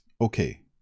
okay